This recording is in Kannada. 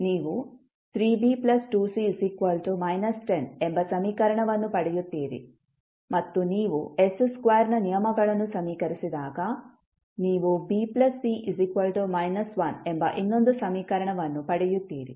ನೀವು 3B 2C −10 ಎಂಬ ಸಮೀಕರಣವನ್ನು ಪಡೆಯುತ್ತೀರಿ ಮತ್ತು ನೀವು s2 ನ ನಿಯಮಗಳನ್ನು ಸಮೀಕರಿಸಿದಾಗ ನೀವು B C −1 ಎಂಬ ಇನ್ನೊಂದು ಸಮೀಕರಣವನ್ನು ಪಡೆಯುತ್ತೀರಿ